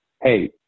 Hey